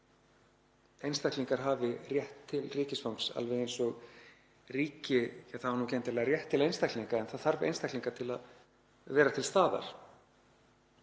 einstaklingar hafi rétt til ríkisfangs alveg eins og ríki — það á ekki endilega rétt til einstaklinga en það þarf einstaklinga til að vera til staðar.